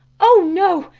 oh no,